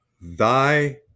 thy